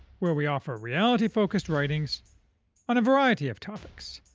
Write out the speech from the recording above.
where we offer reality-focused writings on a variety of topics,